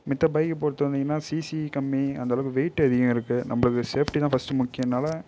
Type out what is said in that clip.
மத்த பைக்கை பொறுத்து வந்தீங்கன்னா சிசி கம்மி அந்த அளவுக்கு வெயிட் அதிகம் இருக்கு நம்பளுக்கு சேஃப்ட்டி தான் ஃபர்ஸ்ட்டு முக்கியன்னால